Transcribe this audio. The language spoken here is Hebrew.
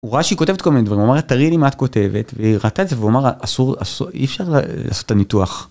הוא רואה שהיא כותבת כל מיני דברים, הוא אמר לה, תראי לי מה את כותבת, והיא הראתה את זה והוא אמר לה, אסור, אי אפשר לעשות את הניתוח.